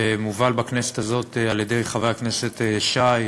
שמובל בכנסת הזאת על-ידי חבר הכנסת שי,